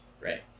Right